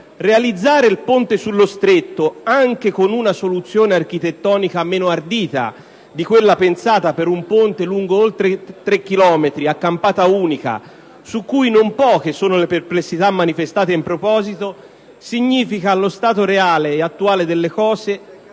Realizzare il ponte sullo Stretto, anche con una soluzione architettonica meno ardita di quella pensata per un ponte lungo oltre 3 chilometri a campata unica, su cui non poche sono le perplessità manifestate, significa allo stato reale e attuale delle cose